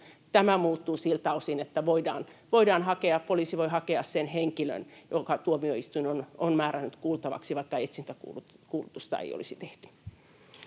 tämä muuttuu siltä osin, että poliisi voi hakea sen henkilön, jonka tuomioistuin on määrännyt kuultavaksi, vaikka etsintäkuulutusta ei olisi tehty.